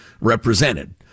represented